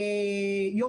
כמו שאתה יודע,